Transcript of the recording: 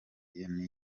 yarangiye